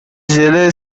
ژله